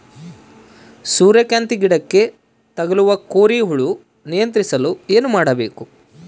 ಸೂರ್ಯಕಾಂತಿ ಗಿಡಕ್ಕೆ ತಗುಲುವ ಕೋರಿ ಹುಳು ನಿಯಂತ್ರಿಸಲು ಏನು ಮಾಡಬೇಕು?